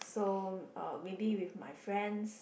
so uh maybe with my friends